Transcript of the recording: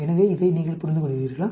எனவே இதை நீங்கள் புரிந்துகொள்கிறீர்களா